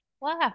Wow